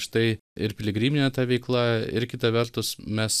štai ir piligriminė ta veikla ir kita vertus mes